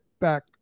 back